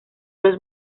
los